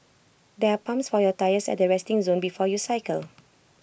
there are pumps for your tyres at the resting zone before you cycle